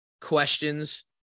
questions